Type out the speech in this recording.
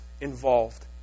involved